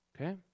Okay